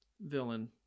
villain